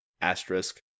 asterisk